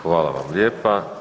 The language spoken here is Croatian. Hvala vam lijepa.